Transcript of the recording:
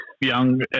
young